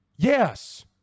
Yes